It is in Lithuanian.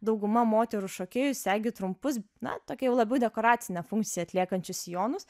dauguma moterų šokėjų segi trumpus na tokią jau labiau dekoracinę funkciją atliekančius sijonus